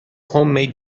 homemade